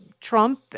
Trump